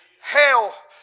Hell